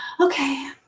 okay